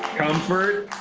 comfort,